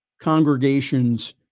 congregations